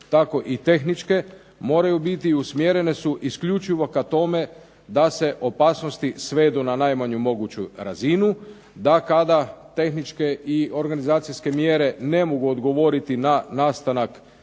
tako i tehničke moraju biti i usmjerene su isključivo ka tome da se opasnosti svedu na najmanju moguću razinu, da kada tehničke i organizacijske mjere ne mogu odgovoriti na nastanak